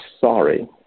sorry